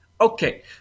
okay